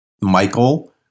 Michael